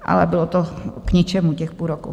Ale bylo to k ničemu, těch půl roku.